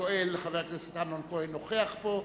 השואל, חבר הכנסת אמנון כהן, נוכח פה.